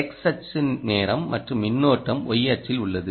x அச்சு நேரம் மற்றும் மின்னோட்டம் y அச்சில் உள்ளது